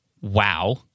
wow